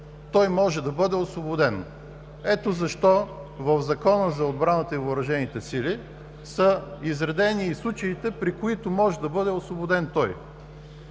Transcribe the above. той може да бъде освободен. Ето защо в Закона за отбраната и въоръжените сили са изредени и случаите, при които той може да бъде освободен.